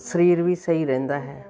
ਸਰੀਰ ਵੀ ਸਹੀ ਰਹਿੰਦਾ ਹੈ